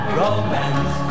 romance